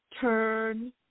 Turn